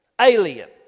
alien